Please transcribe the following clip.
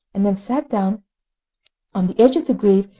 and then sat down on the edge of the grave,